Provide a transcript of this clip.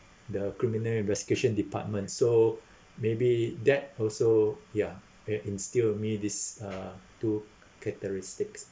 the criminal investigation department so maybe that also ya it instill me this uh two characteristics